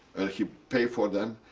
he pay for them.